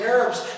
Arabs